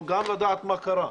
אבל גם לדעת מה קרה.